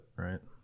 right